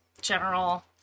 general